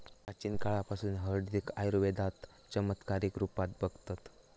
प्राचीन काळापासना हळदीक आयुर्वेदात चमत्कारीक रुपात बघतत